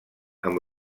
amb